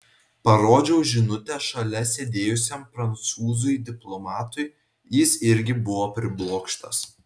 parodžiau žinutę šalia sėdėjusiam prancūzui diplomatui jis irgi buvo priblokštas